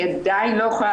עדיין